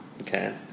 Okay